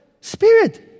Spirit